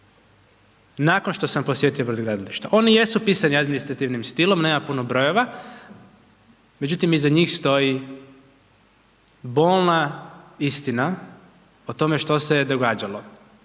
nakon što sam posjedio brodogradilišta. Oni jesu pisani administrativnim stilom, nema puno brojeva, međutim iza njih stoji bolna istina o tome što se je događalo.